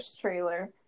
trailer